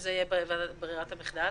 שזו תהיה ברירת המחדל?